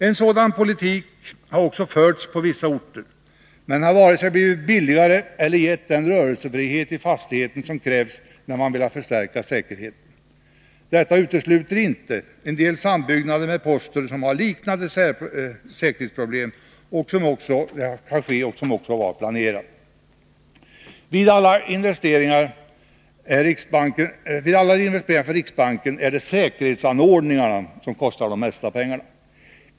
En sådan politik har också förts på vissa orter, men den har varken blivit billigare eller gett den rörelsefrihet i fastigheten som krävts när man velat förstärka säkerheten. Detta utesluter inte att en del sambyggnader med posten, som har liknande säkerhetsproblem, kan ske och var planerade. Vid alla investeringar för riksbanken är det säkerhetsanordningarna som kostar de mesta pengarna.